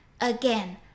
Again